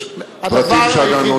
יש פרטים שעדיין לא,